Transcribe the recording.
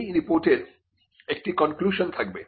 এই রিপোর্টের একটি কনক্লিউশন থাকবে